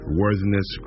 worthiness